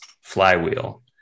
flywheel